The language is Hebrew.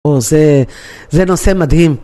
זה נושא מדהים.